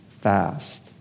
fast